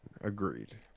Agreed